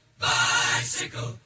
bicycle